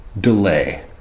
delay